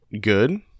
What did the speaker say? good